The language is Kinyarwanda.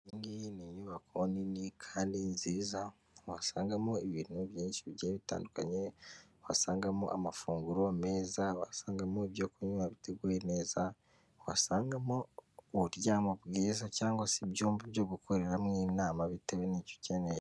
Iyi ngiyi ni inyubako nini kandi nziza wasangamo ibintu byinshi bigiye bitandukanye, wasangamo amafunguro meza, wasangamo ibyo kunywa biteguye neza, wasangamoryamo bwiza cyangwa se ibyumba byo gukoreramo inama bitewe n'icyo ukeneye.